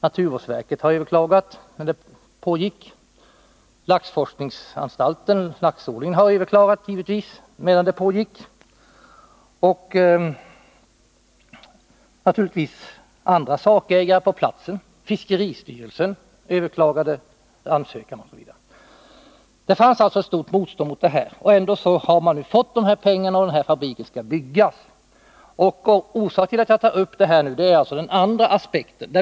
Naturvårdsverket överklagade, laxforskningsanstalten överklagade givetvis, andra sakägare på platsen överklagade och fiskeristyrelsen överklagade beslutet. Det fanns alltså ett stort motstånd mot de här planerna. Ändå har man nu fått pengarna, och fabriken skall byggas. Orsaken till att jag tar upp det här nu är den andra aspekten.